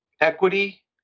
equity